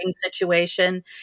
situation